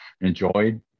enjoyed